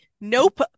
nope